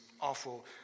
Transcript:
awful